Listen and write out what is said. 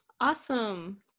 Awesome